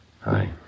Hi